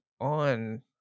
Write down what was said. on